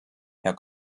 herr